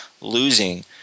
losing